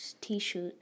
T-shirt